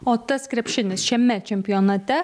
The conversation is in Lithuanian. o tas krepšinis šiame čempionate